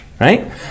Right